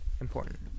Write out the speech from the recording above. Important